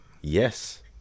Yes